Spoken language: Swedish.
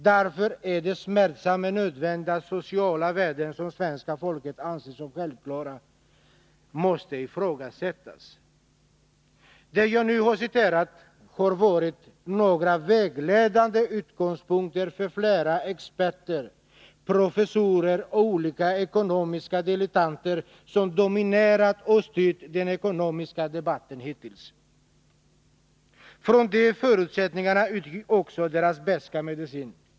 Därför är det smärtsamt men nödvändigt att sociala värden som svenska folket anser som självklara rättigheter måste ifrågasättas.” Det jag nu har citerat har varit några vägledande utgångspunkter för flera ”experter”, professorer och olika ekonomiska dilettanter, som dominerat och styrt den ekonomiska debatten hittills. Från de förutsättningarna utgick också deras ”beska medicin”.